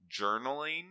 Journaling